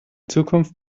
zukunft